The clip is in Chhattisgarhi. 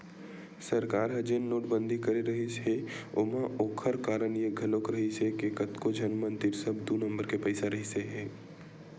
सरकार ह जेन नोटबंदी करे रिहिस हे ओमा ओखर कारन ये घलोक रिहिस हे के कतको झन मन तीर सब दू नंबर के पइसा रहिसे हे